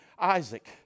Isaac